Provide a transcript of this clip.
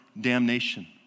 damnation